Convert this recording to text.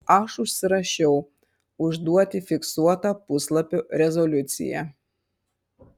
aš užsirašiau užduoti fiksuotą puslapio rezoliuciją